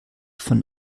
von